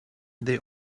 they